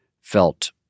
felt